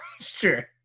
Sure